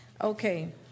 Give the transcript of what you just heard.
Okay